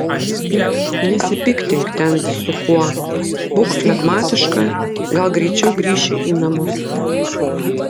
nesipiktink ten visu kuo būk flegmatiška gal greičiau grįši į namus